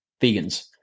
vegans